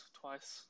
twice